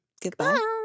goodbye